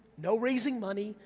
no raising money,